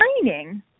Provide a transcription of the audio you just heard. training